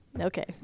Okay